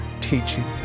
teaching